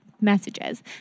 messages